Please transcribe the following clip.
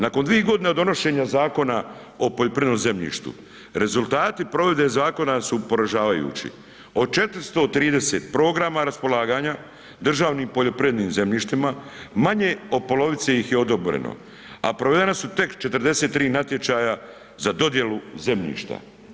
Nakon 2 godine od donošenja Zakona o poljoprivrednom zemljištu rezultati provedbe zakona su poražavajući, od 430 programa raspolaganja državnim poljoprivrednim zemljištima manje od polovice ih je odobreno, a provedena su tek 43 natječaja za dodjelu zemljišta.